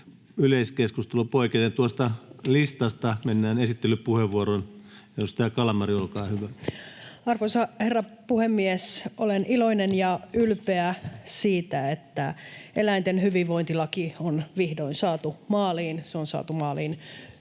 yleiskeskustelun. Esittelypuheenvuoro, edustaja Kalmari, olkaa hyvä. Arvoisa herra puhemies! Olen iloinen ja ylpeä siitä, että eläinten hyvinvointilaki on vihdoin saatu maaliin. Se on saatu maaliin